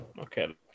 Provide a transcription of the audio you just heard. Okay